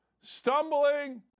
Stumbling